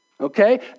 okay